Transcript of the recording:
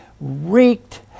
wreaked